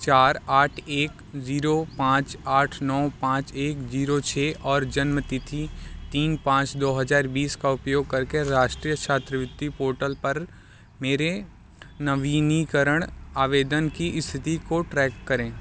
चार आठ एक ज़ीरो पाँच आठ नौ पाँच एक ज़ीरो छः और जन्म तिथि तीन पाँच दो हज़ार बीस का उपयोग करके राष्ट्रीय छात्रवृति पोर्टल पर मेरे नवीनीकरण आवेदन की स्थिति को ट्रैक करें